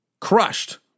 crushed